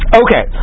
okay